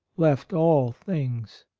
left all things.